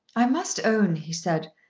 i must own, he said,